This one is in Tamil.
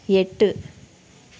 எட்டு